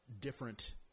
different